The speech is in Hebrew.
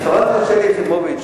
חברת הכנסת שלי יחימוביץ,